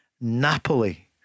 Napoli